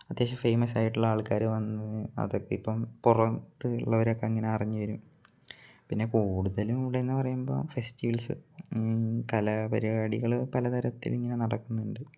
അത്യാവശ്യം ഫേമസ് ആയിട്ടുള്ള ആൾക്കാർ വണ്ണു അതൊക്കെ ഇപ്പം പുറത്തു ഉള്ളവരൊക്കെ അങ്ങനെ അറിഞ്ഞു വരും പിന്നെ കൂടുതലും ഇവിടെ എന്നു പറയുമ്പോൾ ഫെസ്റ്റിവൽസ് കലാപരിപാടികൾ പലതരത്തിൽ ഇങ്ങനെ നടക്കുന്നുണ്ട്